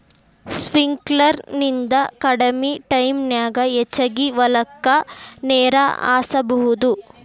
sprinkler ನಿಂದ ಕಡಮಿ ಟೈಮನ್ಯಾಗ ಹೆಚಗಿ ಹೊಲಕ್ಕ ನೇರ ಹಾಸಬಹುದು